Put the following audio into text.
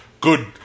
good